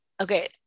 okay